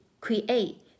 create